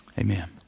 amen